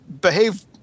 behave